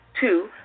Two